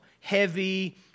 heavy